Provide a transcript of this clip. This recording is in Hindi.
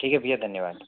ठीक है भैया धन्यवाद